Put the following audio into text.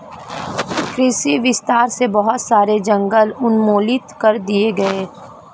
कृषि विस्तार से बहुत सारे जंगल उन्मूलित कर दिए गए